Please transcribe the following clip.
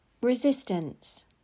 resistance